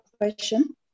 question